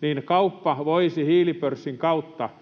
niin kauppa voisi hiilipörssin kautta